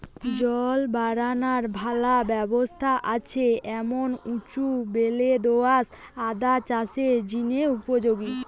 জল বারানার ভালা ব্যবস্থা আছে এমন উঁচু বেলে দো আঁশ আদা চাষের জিনে উপযোগী